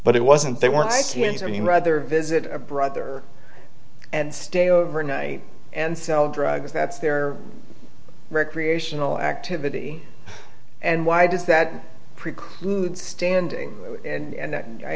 but it wasn't they weren't i c s i mean rather visit a brother and stay overnight and sell drugs that's their recreational activity and why does that preclude standing and